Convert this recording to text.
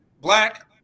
black